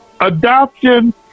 adoption